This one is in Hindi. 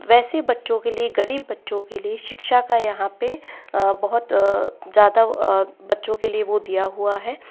वैसे बच्चों के लिए गरीब बच्चों के लिए शिक्षा का यहाँ पर बहुत ज़्यादा बच्चों के लिए वह दिया हुआ है